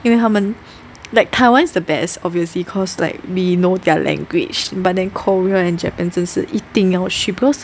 因为他们 like Taiwan the best obviously cause like we know their language but then Korea and Japan 就是一定要去 cause